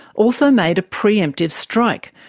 also made a pre-emptive strike,